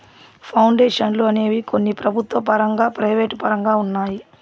పౌండేషన్లు అనేవి కొన్ని ప్రభుత్వ పరంగా ప్రైవేటు పరంగా ఉన్నాయి